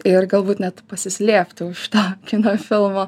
ir galbūt net pasislėpti už to kino filmo